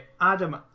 Adam